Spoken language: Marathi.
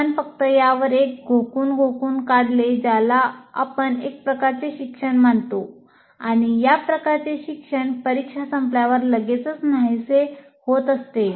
आपण फक्त यावर एक घोकून घोकून काढले ज्याला आपण एक प्रकारचे शिक्षण मानतो आणि या प्रकारचे शिक्षण परीक्षा संपल्यानंतर लगेचच नाहीसे होत असते